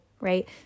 right